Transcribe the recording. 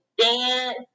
dance